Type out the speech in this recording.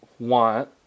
Want